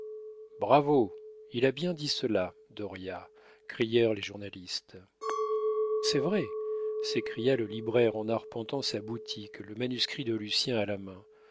bravo il a bien dit cela dauriat crièrent les journalistes c'est vrai s'écria le libraire en arpentant sa boutique le manuscrit de lucien à la main